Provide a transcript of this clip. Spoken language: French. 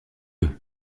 qu’est